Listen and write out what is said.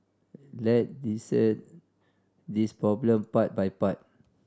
let's dissect this problem part by part